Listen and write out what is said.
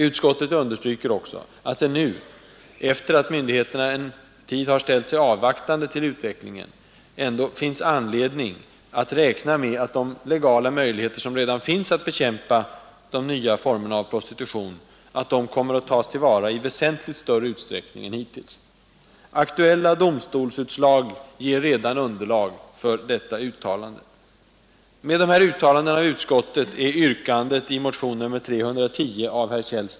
Utskottet understryker också att det nu — efter att myndigheterna en tid har ställt sig avvaktande till utvecklingen — finns anledning att räkna med att de legala möjligheter, som redan finns att bekämpa de nya formerna av prostitution, kommer att tas till vara i väsentligt större utsträckning än hittills. Aktuella domstolsutslag ger redan underlag för denna förmodan.